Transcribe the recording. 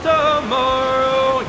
Tomorrow